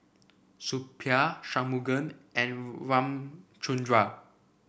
Suppiah Shunmugam and Ramchundra